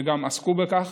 וגם עסקו בכך.